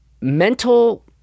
mental